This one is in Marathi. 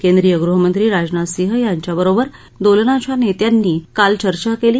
केंद्रीय गृहमंत्री राजनाथ सिंह यांच्याबरोबर दोलनाच्या नेत्यांची काल चर्चा झाली